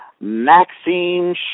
Maxine